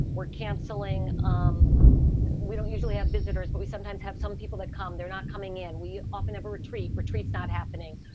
we're canceling. um we don't usually have visitors, but we sometimes have some people that come. they're not coming in. we often have a retreat, retreats, not happening.